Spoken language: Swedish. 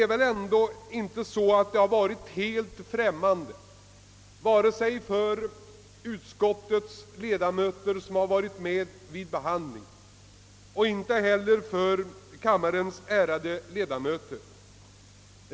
Frågan har inte heller varit helt främmande vare sig för de av utskottets ledamöter som deltagit i behandlingen eller för kammarens ärade ledamöter i övrigt.